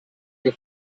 que